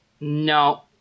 No